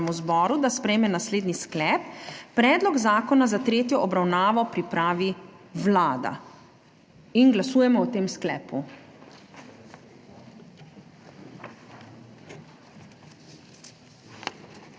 da sprejme naslednji sklep: Predlog zakona za tretjo obravnavo pripravi Vlada. Glasujemo o tem sklepu.